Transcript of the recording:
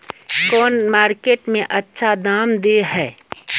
कौन मार्केट में अच्छा दाम दे है?